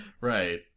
Right